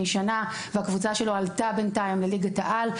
שנה והקבוצה שלו עלתה בינתיים לליגת העל,